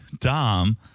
dom